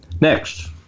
Next